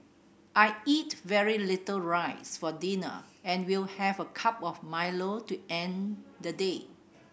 I eat very little rice for dinner and will have a cup of Milo to end the day